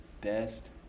best